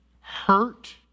hurt